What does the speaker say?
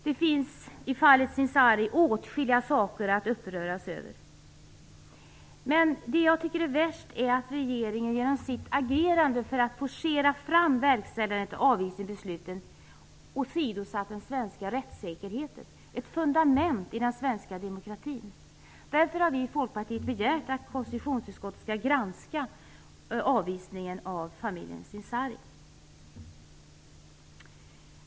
Det finns i fallet Sincari åtskilliga saker att uppröras över. Det jag tycker är värst är att regeringen genom sitt agerande för att forcera fram verkställandet av avvisningsbeslutet åsidosatt den svenska rättssäkerheten - ett fundament i den svenska demokratin! Därför har vi i Folkpartiet begärt att konstitutionsutskottet skall granska avvisningen av familjerna Sincari.